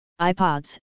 iPods